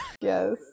Yes